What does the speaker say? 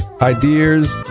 ideas